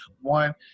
one